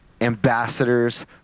Ambassadors